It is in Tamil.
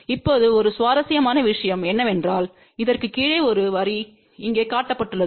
இப்போது ஒரு சுவாரஸ்யமான விஷயம் என்னவென்றால் இதற்குக் கீழே ஒரு வரி இங்கே காட்டப்பட்டுள்ளது